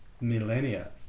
millennia